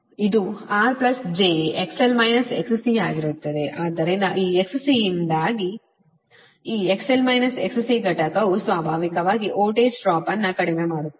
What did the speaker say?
ಆದ್ದರಿಂದ ಈ XC ಯಿಂದಾಗಿ ಈ XL -XC ಘಟಕವು ಸ್ವಾಭಾವಿಕವಾಗಿ ವೋಲ್ಟೇಜ್ ಡ್ರಾಪ್ ಅನ್ನು ಕಡಿಮೆ ಮಾಡುತ್ತದೆ